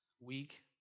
week